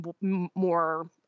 more